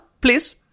please